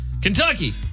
Kentucky